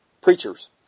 preachers